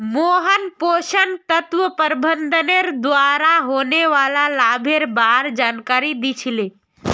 मोहन पोषण तत्व प्रबंधनेर द्वारा होने वाला लाभेर बार जानकारी दी छि ले